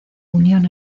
unión